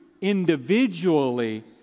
individually